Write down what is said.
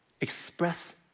Express